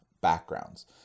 backgrounds